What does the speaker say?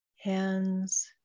hands